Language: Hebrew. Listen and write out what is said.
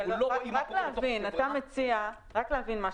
רק להבין משהו.